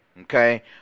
okay